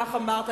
כך אמרת,